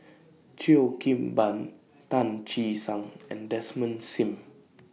Cheo Kim Ban Tan Che Sang and Desmond SIM